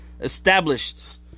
established